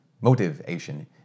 motivation